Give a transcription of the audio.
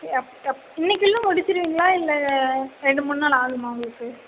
எப் எப் இன்னைக்குள்ளே முடிச்சிருவிங்களா இல்லை ரெண்டு மூணு நாள் ஆகுமா உங்களுக்கு